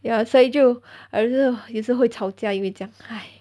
ya 所以就有时会吵架因为这样 !hais!